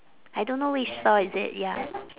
I don't know which stall is it ya